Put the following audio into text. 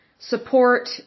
support